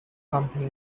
company